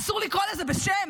אסור לקרוא לזה בשם?